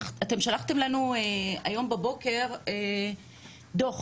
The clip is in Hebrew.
אתם שלחתם לנו היום בבוקר דו"ח